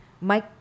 Mike